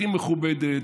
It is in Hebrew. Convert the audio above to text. הכי מכובדת.